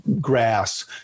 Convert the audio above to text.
grass